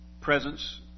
presence